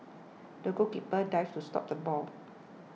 the goalkeeper dived to stop the ball